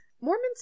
Mormons